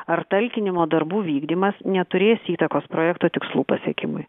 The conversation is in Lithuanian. ar talkinimo darbų vykdymas neturės įtakos projekto tikslų pasiekimui